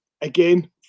again